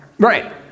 Right